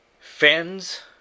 Fans